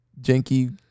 janky